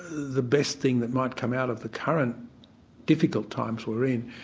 the best thing that might come out of the current difficult times we're in,